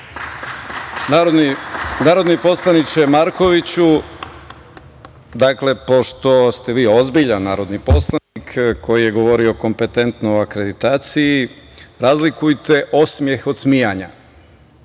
Narodni poslaniče Markoviću, pošto ste vi ozbiljan narodni poslanik koji je govorio kompetentno o akreditaciji, razlikujte osmeh od smejanja.